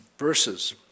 verses